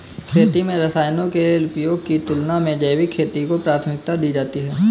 खेती में रसायनों के उपयोग की तुलना में जैविक खेती को प्राथमिकता दी जाती है